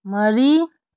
ꯃꯔꯤ